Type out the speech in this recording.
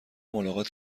ملاقات